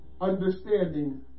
understanding